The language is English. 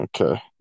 Okay